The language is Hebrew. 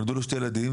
נולדו לו שני ילדים,